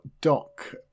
Doc